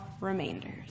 remainders